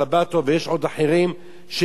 ויש עוד אחרים שביקשו,